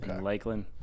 Lakeland